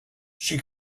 she